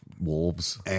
wolves